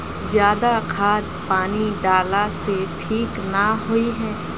ज्यादा खाद पानी डाला से ठीक ना होए है?